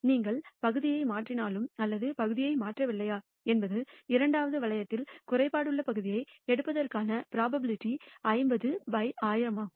நீங்கள் பகுதியை மாற்றினாலும் அல்லது பகுதியை மாற்றவில்லையா என்பது இரண்டாவது வளையத்தில் குறைபாடுள்ள பகுதியை எடுப்பதற்கான ப்ரோபபிலிட்டி 50 by 1000 ஆகும்